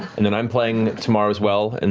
and then i'm playing tomorrow as well, and